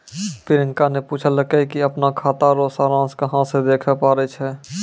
प्रियंका ने पूछलकै कि अपनो खाता रो सारांश कहां से देखै पारै छै